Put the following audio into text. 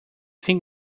think